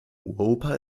uropa